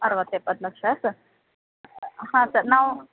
ಅರವತ್ತು ಎಪ್ಪತ್ತು ಲಕ್ಷ ಸರ್ ಹಾಂ ಸರ್ ನಾವು